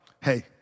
hey